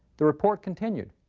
the report continued.